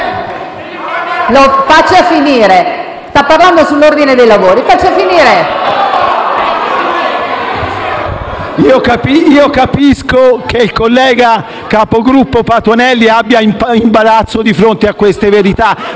Capisco che il collega capogruppo Patuanelli abbia imbarazzo di fronte a queste verità,